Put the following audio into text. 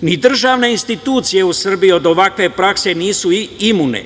Ni državne institucije u Srbiji od ovakve prakse nisu imune,